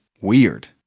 weird